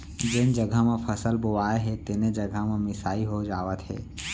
जेन जघा म फसल बोवाए हे तेने जघा म मिसाई हो जावत हे